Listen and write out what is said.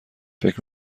فکر